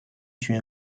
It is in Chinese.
学院